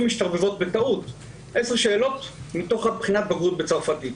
משתרבבות בטעות עשר שאלות מתוך בחינת הבגרות בצרפתית.